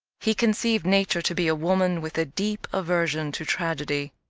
he conceived nature to be a woman with a deep aversion to tragedy.